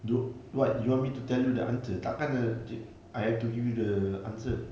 do what you want me to tell you the answer takkan lah I have to give you the answer